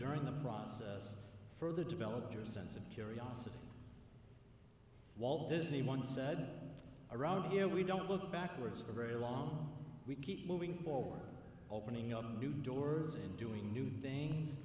during the process further develop your sense of curiosity walt disney once said around here we don't look backwards for very long we keep moving forward opening up new doors and doing new thing